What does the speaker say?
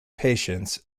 patients